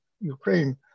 Ukraine